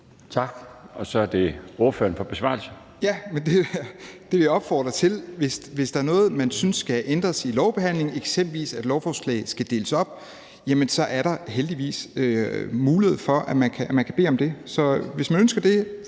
Tak. Så er det ordføreren for besvarelse. Kl. 13:56 Rasmus Horn Langhoff (S): Det vil jeg opfordre til. Hvis der er noget, man synes skal ændres i lovbehandlingen, eksempelvis at lovforslag skal deles op, jamen så er der heldigvis mulighed for, at man kan bede om det. Så hvis man ønsker det